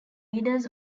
leaders